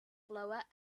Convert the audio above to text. blower